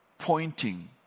Pointing